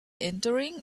entering